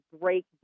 break